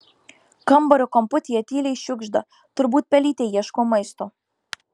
kambario kamputyje tyliai šiugžda turbūt pelytė ieško maisto